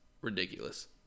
ridiculous